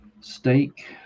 steak